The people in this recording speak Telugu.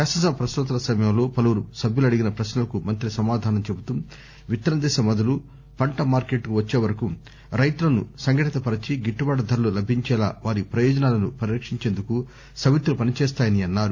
శాసనసభ పశ్నోత్తరాల సమయంలో పలువురు సభ్యులు అడిగిన పశ్నలకు మంతి సమాధానం చెబుతూ విత్తన దశ మొదలు పంట మార్కెట్కు వచ్చేవరకు రైతులను సంఘటితపరిచి గిట్యబాటు ధరలు లభించేలా వారి పయోజనాలను పరిరక్షించేందుకే సమితులు పనిచేస్తాయని అన్నారు